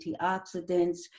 antioxidants